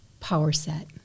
PowerSet